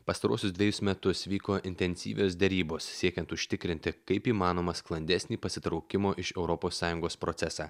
pastaruosius dvejus metus vyko intensyvios derybos siekiant užtikrinti kaip įmanoma sklandesnį pasitraukimo iš europos sąjungos procesą